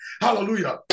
hallelujah